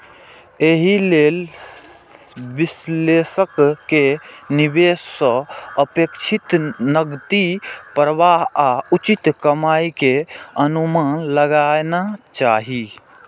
एहि लेल विश्लेषक कें निवेश सं अपेक्षित नकदी प्रवाह आ उचित कमाइ के अनुमान लगाना चाही